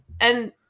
And-